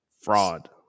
fraud